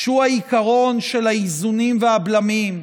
שהוא העיקרון של האיזונים והבלמים,